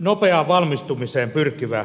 nopeaan valmistumiseen pyrkivä opiskelija